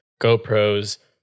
GoPros